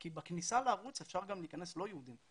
כי בכניסה לערוץ אפשר להיכנס גם לא יהודים,